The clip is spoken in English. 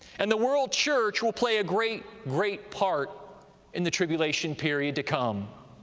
and the world church will play a great, great part in the tribulation period to come.